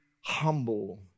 humble